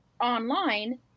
online